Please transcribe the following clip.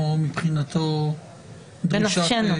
מבחינתו היא דרישה.